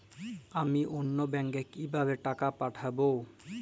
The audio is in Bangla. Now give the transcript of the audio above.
আমি অন্য ব্যাংকে কিভাবে টাকা পাঠাব?